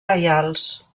reials